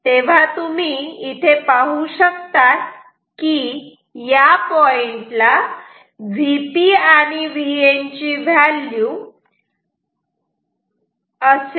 तेव्हा तुम्ही इथे पाहू शकतात किया पॉइंटला Vp आणि Vn ची व्हॅल्यू असेल